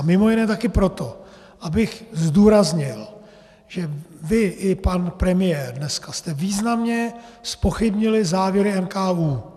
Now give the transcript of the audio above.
Mimo jiné také proto, abych zdůraznil, že vy i pan premiér dneska jste významně zpochybnili závěry NKÚ.